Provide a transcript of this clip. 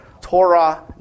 Torah